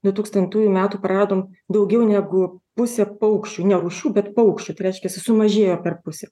du tūkstantųjų metų praradom daugiau negu pusę paukščių ne rūšių bet paukščių tai reiškiasi sumažėjo per pusę